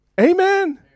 Amen